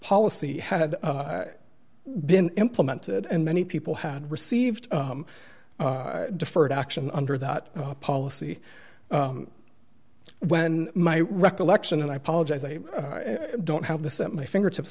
policy had been implemented and many people had received deferred action under that policy when my recollection and i apologize i don't have the set my fingertips